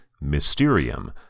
Mysterium